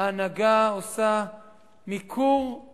ההנהגה עושה מיקור-חוץ